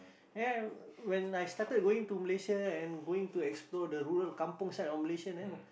then when I started going to Malaysia and going to explore the rural kampung side of Malaysia then